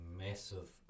massive